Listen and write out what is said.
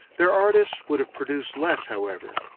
their artists would have produced less however,